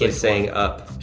ah saying, up.